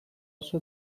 oso